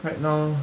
right now